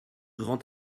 grand